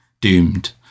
doomed